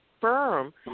firm